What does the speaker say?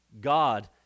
God